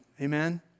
Amen